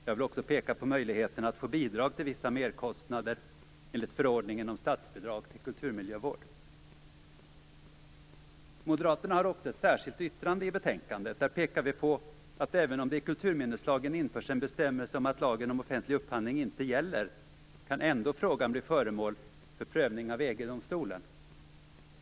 Jag vill också peka på möjligheten att få bidrag till vissa merkostnader enligt förordningen om statsbidrag till kulturmiljövård. Moderaterna har också ett särskilt yttrande i betänkandet. Där pekar vi på att även om det i kulturminneslagen införs en bestämmelse om att lagen om offentlig upphandling inte gäller kan ändå frågan bli föremål för prövning av EG-domstolen.